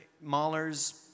Mahler's